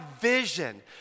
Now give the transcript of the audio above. vision